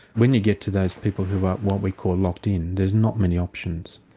when you get to those people who are what we call locked in there's not many options.